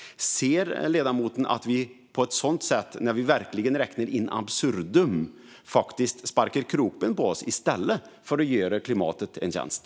Ser ledamoten att vårt räknande in absurdum sätter krokben för oss själva i stället för att göra klimatet en tjänst?